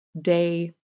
day